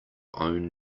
own